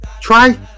Try